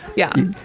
yeah.